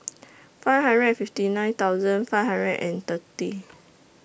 five hundred and fifty nine thousand five hundred and thirty